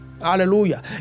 Hallelujah